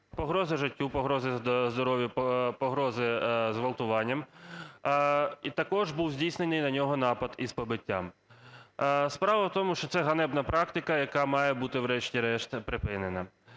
Погрози життю, погрози здоров'ю, погрози зґвалтуванням. І також був здійснений на нього напад із побиттям. Справа в тому, що це ганебна практика, яка має бути врешті-решт припинена.